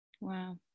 Wow